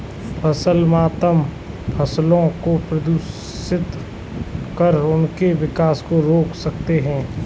फसल मातम फसलों को दूषित कर उनके विकास को रोक सकते हैं